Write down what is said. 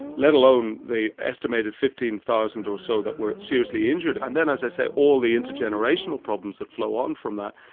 let alone the estimated fifteen thousand or so that were seriously injured, and then as i say, all the intergenerational problems that flow on from that,